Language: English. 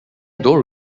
though